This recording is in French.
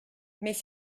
mais